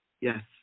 yes